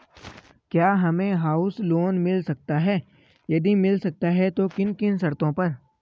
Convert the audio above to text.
क्या हमें house loan मिल सकता है यदि मिल सकता है तो किन किन शर्तों पर?